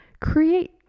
create